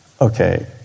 okay